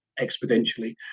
exponentially